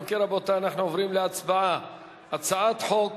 אם כן, רבותי, אנחנו עוברים להצבעה על הצעת חוק